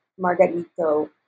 Margarito